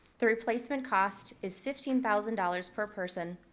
the replacement cost is fifteen thousand dollars per person,